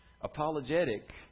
apologetic